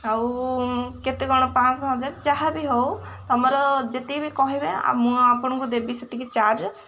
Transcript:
ଆଉ କେତେ କ'ଣ ପାଞ୍ଚଶହ ହଜାରେ ଯାହା ବି ହେଉ ତମର ଯେତିକି ବି କହିବେ ମୁଁ ଆପଣଙ୍କୁ ଦେବି ସେତିକି ଚାର୍ଜ